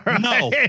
No